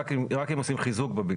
אני רק אמרתי,